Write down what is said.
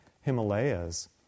Himalayas